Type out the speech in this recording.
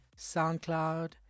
SoundCloud